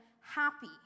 happy